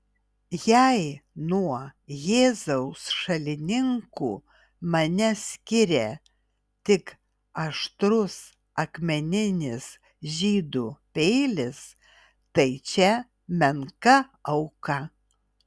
jei nuo jėzaus šalininkų mane skiria tik aštrus akmeninis žydų peilis tai čia menka auka